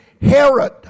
Herod